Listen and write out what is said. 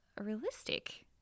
realistic